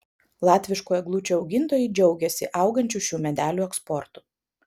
latviškų eglučių augintojai džiaugiasi augančiu šių medelių eksportu